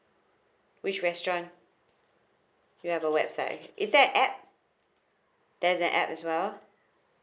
which restaurant you have a website is that app there is an app as well